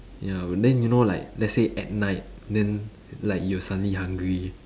ya then you know like let's say at night then like you suddenly hungry